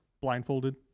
Blindfolded